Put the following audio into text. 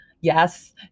Yes